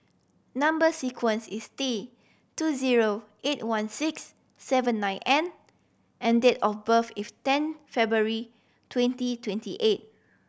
number sequence is T two zero eight one six seven nine N and date of birth is ten February twenty twenty eight